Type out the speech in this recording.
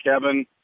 kevin